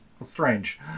Strange